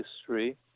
history